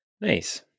Nice